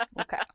Okay